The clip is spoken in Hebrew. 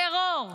טרור.